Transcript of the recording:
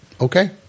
Okay